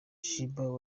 sheebah